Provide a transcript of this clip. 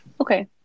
Okay